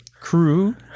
Crew